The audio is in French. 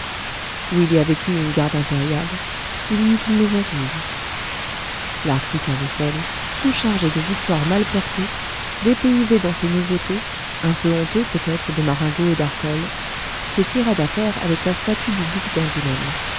où il y avait eu une garde impériale il y eut une maison rouge l'arc du carrousel tout chargé de victoires mal portées dépaysé dans ces nouveautés un peu honteux peut-être de marengo et d'arcole se tira d'affaire avec la statue du